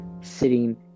sitting